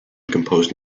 composed